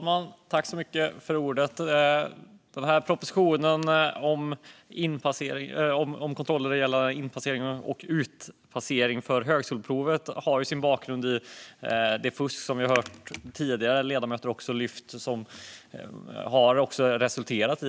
Fru talman! Propositionen om in och utpasseringskontroller vid högskoleprovet har sin bakgrund i det fusk som talare före mig har lyft.